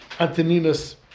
Antoninus